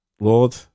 Lord